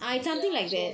ya so